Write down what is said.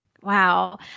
Wow